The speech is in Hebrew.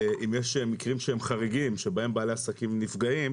אם יש מקרים שהם חריגים, שבהם בעלי עסקים נפגעים,